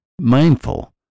mindful